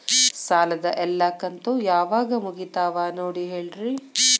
ಸಾಲದ ಎಲ್ಲಾ ಕಂತು ಯಾವಾಗ ಮುಗಿತಾವ ನೋಡಿ ಹೇಳ್ರಿ